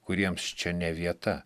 kuriems čia ne vieta